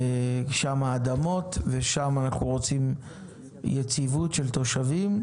שם האדמות ושם אנחנו רוצים יציבות של תושבים.